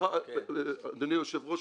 סליחה אדוני היושב ראש,